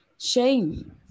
shame